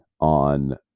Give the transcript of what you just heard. on